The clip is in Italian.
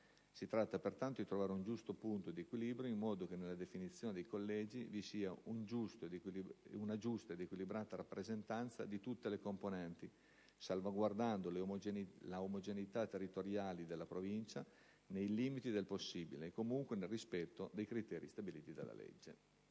Si tratta pertanto di trovare un giusto punto di equilibrio in modo che nella definizione dei collegi vi sia una giusta ed equilibrata rappresentanza di tutte le componenti, salvaguardando le omogeneità territoriali della Provincia, nei limiti del possibile e, comunque, nel rispetto dei criteri stabiliti dalla legge.